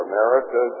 America